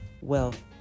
wealth